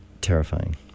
terrifying